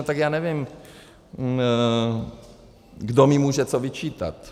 Tak já nevím, kdo mi může co vyčítat.